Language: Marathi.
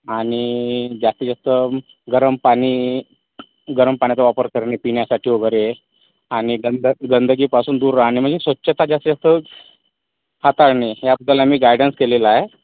आणि जास्तीत जास्त गरम पाणी गरम पाण्याचा वापर करणे पिण्यासाठी वगैरे आणि गंद गंदगीपासून दूर राहणे म्हणजे स्वच्छता जास्तीत जास्त हाताळने हे आपल्याला मी गायडन्स केलेला आहे